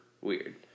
weird